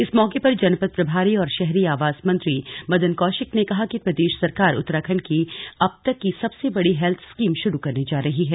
इस मौके पर जनपद प्रभारी और शहरी आवास मंत्री मदन कौशिक ने कहा कि प्रदेश सरकार उत्तराखण्ड की अब तक की सबसे बड़ी हेल्थ स्कीम शुरू करने जा रही है